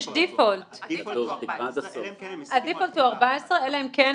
הדיפולט הוא 14. 14, אלא אם כן